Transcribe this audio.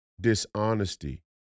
dishonesty